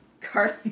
Carly